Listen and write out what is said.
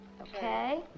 Okay